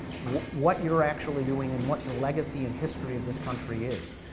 what you're actually doing, and what the legacy and history of this country is.